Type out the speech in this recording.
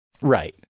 Right